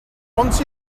once